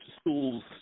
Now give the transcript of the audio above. schools